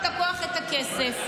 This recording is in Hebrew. את הכוח ואת הכסף.